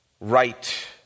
right